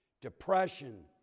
depression